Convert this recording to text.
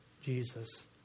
Jesus